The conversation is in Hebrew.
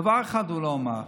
דבר אחד הוא לא אמר,